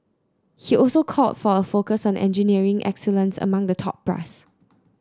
he also called for a focus on engineering excellence among the top brass